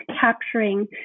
capturing